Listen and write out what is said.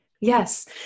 Yes